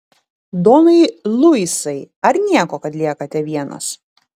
donai luisai ar nieko kad liekate vienas